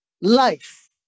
life